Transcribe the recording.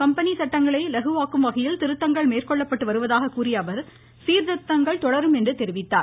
company சட்டங்களை இலகுவாக்கும்வகையில் திருத்தங்கள் மேற்கொள்ளப்பட்டு வருவதாகக் கூறியஅவர் சீர்திருத்தங்கள் தொடரும் என்றார்